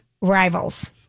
Rivals